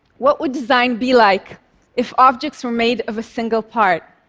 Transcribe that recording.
what would design be like if objects were made of a single part?